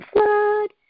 Flood